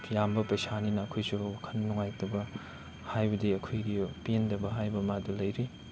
ꯑꯌꯥꯝꯕ ꯄꯩꯁꯥꯅꯤꯅ ꯑꯩꯈꯣꯏꯁꯨ ꯋꯥꯈꯜ ꯅꯨꯡꯉꯥꯏꯇꯕ ꯍꯥꯏꯕꯗꯤ ꯑꯩꯈꯣꯏꯒꯤ ꯄꯦꯟꯗꯕ ꯍꯥꯏꯕ ꯑꯃꯗꯨ ꯂꯩꯔꯤ